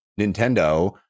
Nintendo